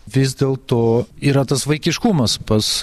vis dėl to yra tas vaikiškumas pas